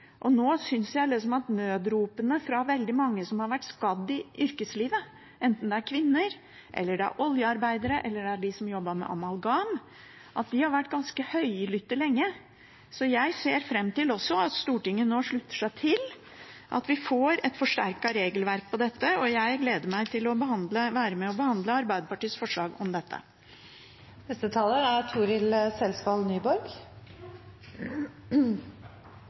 nødropene fra veldig mange som har blitt skadd i yrkeslivet, enten det er kvinner, oljearbeidere eller de som jobbet med amalgam, har vært ganske høylytte lenge. Jeg ser fram til at Stortinget nå slutter seg til at vi får et forsterket regelverk på dette, og jeg gleder meg til å være med og behandle Arbeiderpartiets forslag om